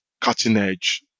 cutting-edge